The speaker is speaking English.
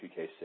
2K6